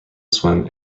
swim